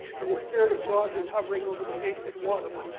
and the spirit of god was hovering over the face of the waters.